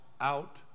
out